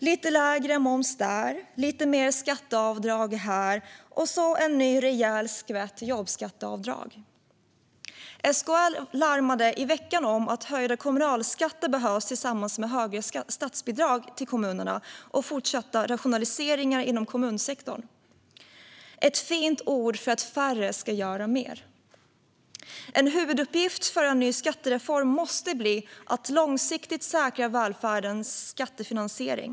Lite lägre moms där, lite mer skatteavdrag här och så en ny rejäl skvätt jobbskatteavdrag. SKL larmade i veckan om att höjda kommunalskatter behövs tillsammans med högre statsbidrag till kommunerna och fortsatta rationaliseringar inom kommunsektorn. Det är ett fint ord för att färre ska göra mer. En huvuduppgift för en ny skattereform måste bli att långsiktigt säkra välfärdens skattefinansiering.